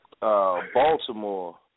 Baltimore